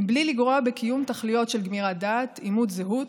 בלי לגרוע בקיום תכליות של גמירת דעת, אימות זהות,